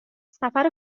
سفر